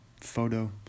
photo